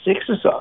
exercise